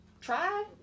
Try